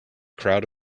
crowd